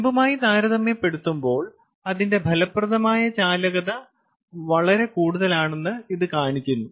ചെമ്പുമായി താരതമ്യപ്പെടുത്തുമ്പോൾ അതിന്റെ ഫലപ്രദമായ ചാലകത വളരെ കൂടുതലാണെന്ന് ഇത് കാണിക്കുന്നു